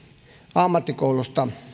ammattikoulusta